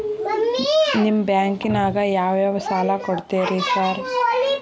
ನಿಮ್ಮ ಬ್ಯಾಂಕಿನಾಗ ಯಾವ್ಯಾವ ಸಾಲ ಕೊಡ್ತೇರಿ ಸಾರ್?